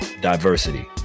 diversity